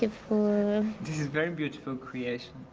you know this is very beautiful creation,